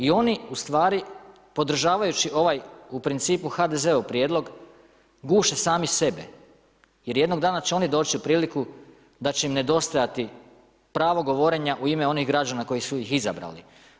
I oni ustvari podržavajući ovaj u principu HDZ-ov prijedlog guše sami sebe jer jednog dana će oni doći u priliku da će im nedostajati pravo govorenja u ime onih građana koji su ih izabrali.